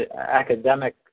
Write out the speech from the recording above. academic